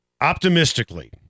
Optimistically